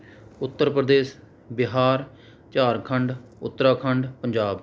Uttar Pradesh Bihar Jharkhand Uttarakhand Punjab